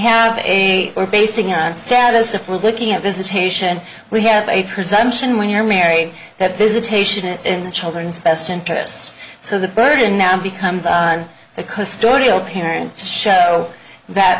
have a we're basing on status if we're looking at visitation we have a presumption when you're married that visitation is in the children's best interests so the burden now becomes because story all parents show that